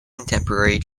contemporary